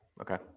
okay